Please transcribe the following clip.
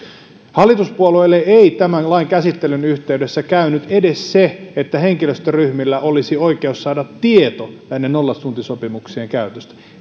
hallituspuolueille ei tämän lain käsittelyn yhteydessä käynyt edes se että henkilöstöryhmillä olisi oikeus saada tieto näiden nollatuntisopimuksien käytöstä